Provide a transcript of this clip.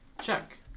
check